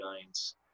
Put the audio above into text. giants